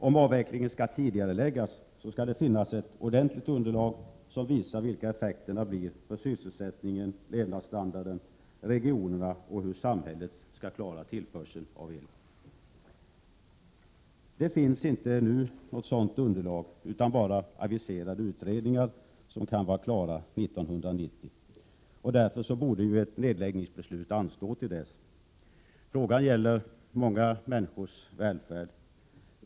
Om avvecklingen skall tidigareläggas, skall det finnas ett ordentligt underlag som visar vilka effekterna blir för sysselsättningen, levnadsstandarden, regionerna — och hur samhället skall klara tillförseln av el. Det finns inte nu något sådant underlag utan bara aviserade utredningar som kan vara klara 1990. Därför borde ju ett nedläggningsbeslut anstå till dess. Frågan gäller många människors välfärd.